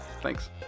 Thanks